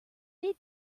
aid